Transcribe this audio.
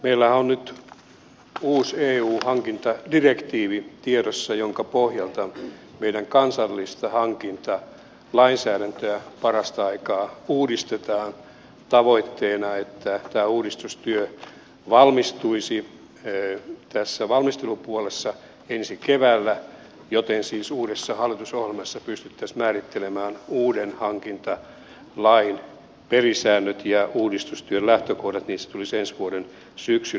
meillähän on nyt tiedossa uusi eu hankintadirektiivi jonka pohjalta meidän kansallista hankintalainsäädäntöä parastaikaa uudistetaan tavoitteena että tämä uudistustyö valmistuisi tässä valmistelupuolessa ensi keväällä joten siis uudessa hallitusohjelmassa pystyttäisiin määrittelemään uuden hankintalain pelisäännöt ja uudistustyön lähtökohdat niin että se tulisi ensi vuoden syksyllä voimaan